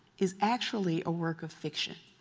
is actually a work of fiction.